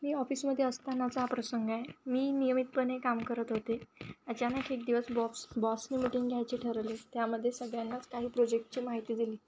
मी ऑफिसमध्ये असतानाचा हा प्रसंग आहे मी नियमितपणे काम करत होते अचानक एक दिवस बॉप्स बॉसनी मिटिंग घ्यायची ठरली त्यामध्ये सगळ्यांनाच काही प्रोजेक्टची माहिती दिली